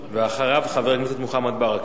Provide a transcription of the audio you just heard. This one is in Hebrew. ואחריו, חבר הכנסת מוחמד ברכה.